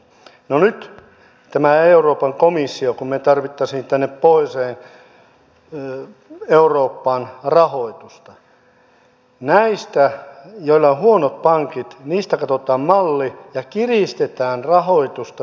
no nyt tämä euroopan komissio kun me tarvitsisimme tänne pohjoiseen eurooppaan rahoitusta näistä joilla on huonot pankit katsoo mallin ja kiristää rahoitusta